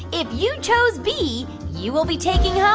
if you chose b, you will be taking